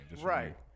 Right